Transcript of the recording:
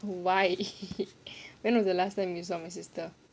why when was the last time you saw my sister